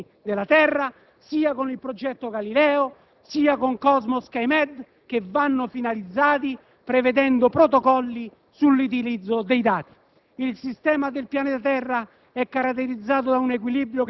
Siamo all'avanguardia nelle applicazioni sulle osservazioni della Terra, sia con il progetto Galileo, sia con Cosmos-Skymed, che vanno finalizzati prevedendo protocolli sull'utilizzo dei dati.